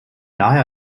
daher